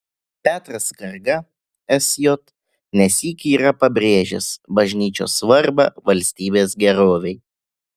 petras skarga sj ne sykį yra pabrėžęs bažnyčios svarbą valstybės gerovei